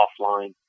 offline